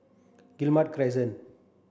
Guillemard Crescent